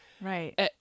Right